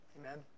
Amen